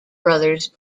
brothers